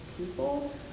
people